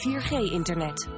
4G-internet